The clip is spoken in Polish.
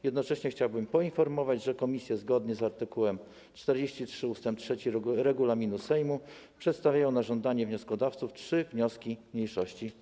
Jednocześnie chciałbym poinformować, że komisje zgodnie z art. 43 ust. 3 regulaminu Sejmu przedstawiają na żądanie wnioskodawców trzy wnioski mniejszości.